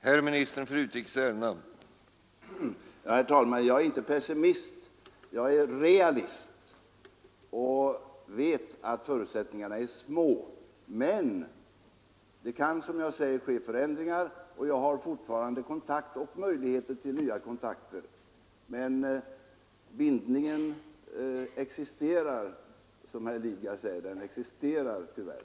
Herr talman! Jag är inte pessimist. Jag är realist och vet att förutsättningarna är små i detta fall. Men det kan, som jag sagt, ske förändringar, och jag har fortfarande kontakt och möjligheter till nya kontakter i frågan. Men den av mig nämnda bindningen existerar — som herr Lidgard underströk — tyvärr.